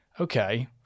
okay